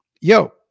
Yo